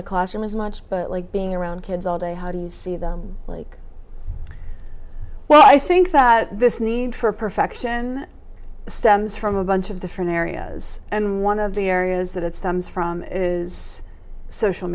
the classroom as much but like being around kids all day how do you see them like well i think that this need for perfection stems from a bunch of different areas and one of the areas that it stems from is social